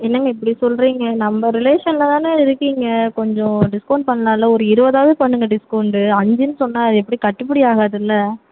என்னங்க இப்படி சொல்லுறீங்க நம்ப ரிலேஷனில் தானே இருக்கீங்க கொஞ்சம் டிஸ்கவுண்ட் பண்ணலான்ல ஒரு இருபதாவது பண்ணுங்கள் டிஸ்கவுண்ட்டு அஞ்சுன்னு சொன்னா அது எப்படி கட்டுப்படியாகாதுல்லை